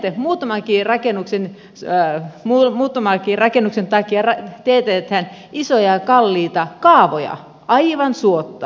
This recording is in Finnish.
hyvin monesti muutamankin rakennuksen takia teetätetään isoja ja kalliita kaavoja aivan suotta